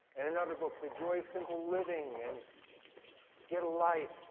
and another book, the joy of simple living, and get a life,